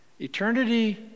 eternity